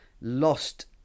lost